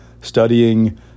studying